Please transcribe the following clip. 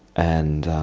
and